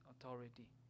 authority